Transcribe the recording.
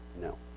No